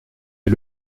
est